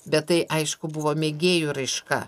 bet tai aišku buvo mėgėjų raiška